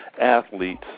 athletes